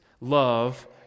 Love